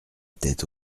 tête